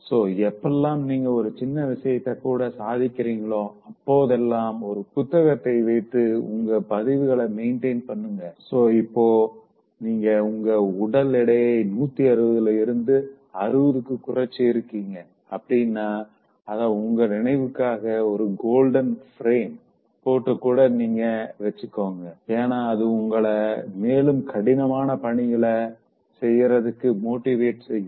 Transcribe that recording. so எப்போலாம் நீங்க ஒரு சின்ன விஷயத்த கூட சாதிக்கிறீங்களோ அப்போதெல்லாம் ஒரு குறிப்புப் புத்தகத்த வைத்து உங்க பதிவுகள மெயின்டைன் பண்ணுங்கசோ இப்போ நீங்க உங்க உடல் எடையை 160 ல இருந்து 60 க்கு குறைச்சி இருக்கீங்க அப்படின்னா அத உங்க நினைவுக்காக ஒரு கோல்டன் ஃப்ரேம் போட்டு கூட வச்சுக்கோங்க ஏனா அது உங்கள மேலும் கடினமான பணிகள செய்யறதுக்கு மோட்டிவேட் செய்யும்